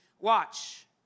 watch